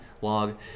log